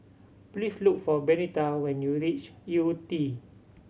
please look for Benita when you reach Yew Tee